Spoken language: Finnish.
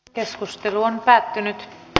keskustelu päättyi